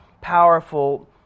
powerful